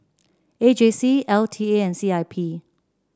A J C L T A and C I P